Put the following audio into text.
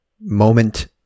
moment